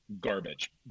garbage